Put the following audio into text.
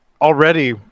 already